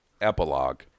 epilogue